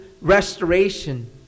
restoration